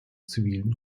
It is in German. zivilen